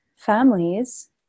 families